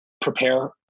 prepare